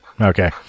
Okay